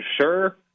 sure